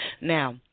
Now